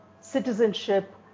citizenship